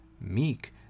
meek